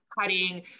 cutting